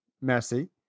Merci